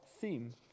theme